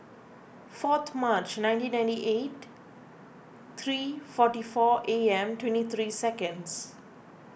fourth March nineteen ninety eight three forty four A M twenty three seconds